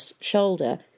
shoulder